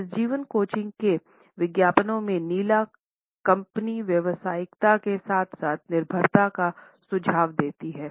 इस जीवन कोचिंग के विज्ञापनों में नीला कंपनी व्यावसायिकता के साथ साथ निर्भरता का सुझाव देती है